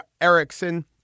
Erickson